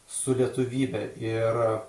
su lietuvybe ir